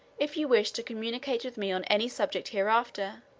if you wish to communicate with me on any subject hereafter,